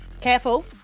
Careful